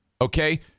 okay